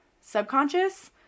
subconscious